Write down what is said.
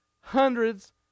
hundreds